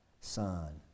son